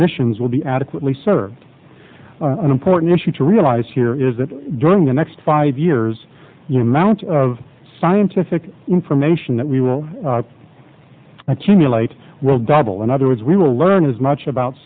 emissions will be adequately served an important issue to realize here is that during the next five years you know amount of scientific information that we will accumulate will double in other words we will learn as much about